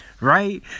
right